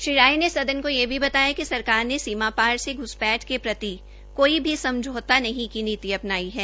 श्री राय ने सदन को यह भी बताया कि सरकार ने सीमा पार से घ्सपैठ के प्रति कोई समझौता नहीं की नीति अपनाई है